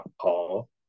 Paul